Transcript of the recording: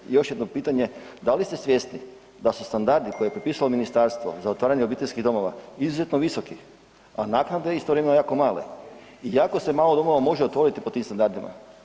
Drugo, još jedno pitanje, da li ste svjesni da su standardi koje je propisalo ministarstvo za otvaranje obiteljskih domova izuzetno visoki, a naknade istovremeno jako male i jako se malo domova može otvoriti po tim standardima.